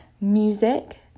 music